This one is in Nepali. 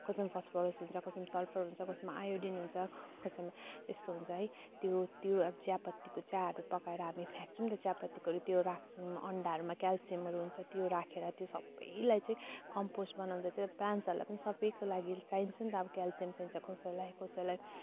कसैमा फसफरस हुन्छ कसैमा सल्फर हुन्छ कसैमा आयोडिन हुन्छ कसैमा यस्तो हुन्छ है त्यो त्यो अब चियापत्ती त्यो चियाहरू पकाएर हामी फ्याँक्छौँ नि त चियापत्तीकोहरू त्यो राख्छौँ अन्डाहरूमा केल्सियमहरू हुन्छ त्यो राखेर त्यो सबैलाई चाहिँ कम्पोस्ट बनाउँदा चाहिँ प्लान्टसहरूलाई पनि सबैको लागि चाहिन्छ नि त अब केल्सियम चाहिन्छ कसैलाई कसैलाई